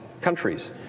countries